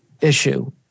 issue